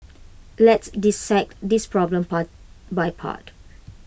let's dissect this problem part by part